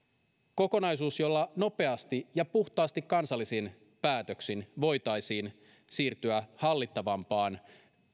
kokonaisuus jolla nopeasti ja puhtaasti kansallisin päätöksin voitaisiin siirtyä hallittavampaan